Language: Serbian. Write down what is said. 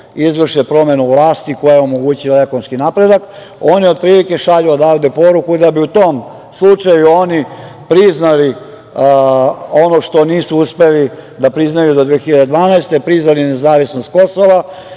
izvrše promenu vlasti koja je omogućila ekonomski napredak, oni otprilike šalju poruku da bi u tom slučaju oni priznali ono što nisu uspeli da priznaju do 2012. godine, priznali nezavisnost Kosova.